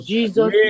Jesus